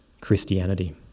Christianity